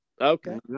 Okay